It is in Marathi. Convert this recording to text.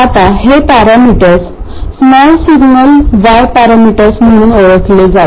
आता हे parameters small signal y parameters म्हणून ओळखले जातात